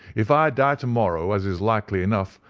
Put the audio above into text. if i die to-morrow, as is likely enough,